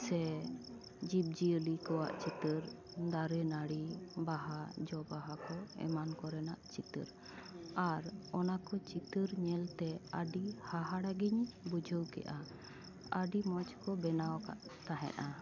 ᱥᱮ ᱡᱤᱵᱽᱡᱤᱭᱟᱞᱤ ᱠᱚᱣᱟᱜ ᱪᱤᱛᱟᱹᱨ ᱫᱟᱨᱮ ᱱᱟᱹᱲᱤ ᱵᱟᱦᱟ ᱡᱚ ᱵᱟᱦᱟ ᱠᱚ ᱮᱢᱟᱱ ᱠᱚ ᱨᱮᱱᱟᱜ ᱪᱤᱛᱟᱹᱨ ᱟᱨ ᱚᱱᱟ ᱠᱚ ᱪᱤᱛᱟᱹᱨ ᱧᱮᱞ ᱛᱮ ᱟᱹᱰᱤ ᱦᱟᱦᱟᱲᱟᱜ ᱜᱮᱧ ᱵᱩᱡᱷᱟᱹᱣ ᱠᱮᱜᱼᱟ ᱟᱹᱰᱤ ᱢᱚᱡᱽ ᱠᱚ ᱵᱮᱱᱟᱣ ᱟᱠᱟᱫ ᱛᱟᱦᱮᱸᱜᱼᱟ